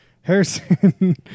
Harrison